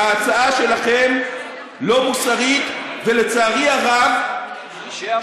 ההצעה שלכם לא מוסרית, ולצערי הרב, אנשי המוסר.